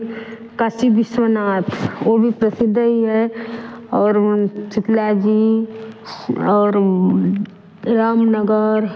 काशी विश्वनाथ वह भी प्रसिद्ध ही है और उन शीतला जी और रामनगर